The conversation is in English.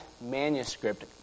manuscript